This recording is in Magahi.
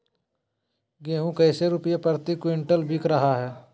गेंहू कैसे रुपए प्रति क्विंटल बिक रहा है?